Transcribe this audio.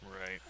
Right